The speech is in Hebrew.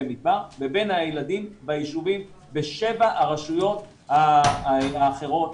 מדבר לבין הילדים בשבע הרשויות האחרות,